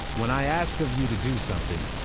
when i ask of you to do something,